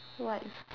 what